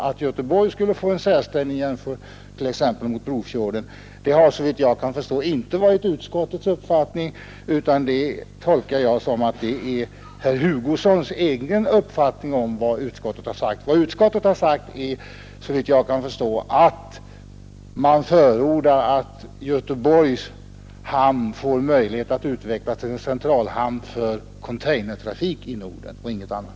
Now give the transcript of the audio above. Att Göteborg skulle få en särställning t.ex. gentemot Brofjorden har såvitt jag förstår inte varit utskottets mening, utan det tolkar jag som herr Hugossons egen uppfattning om vad utskottet har sagt. Vad utskottet förordar är att Göteborgs hamn får möjlighet att utvecklas till en centralhamn för containeroch styckegodstrafik i Norden och inget annat.